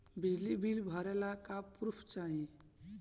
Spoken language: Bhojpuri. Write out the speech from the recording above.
बिजली बिल भरे ला का पुर्फ चाही?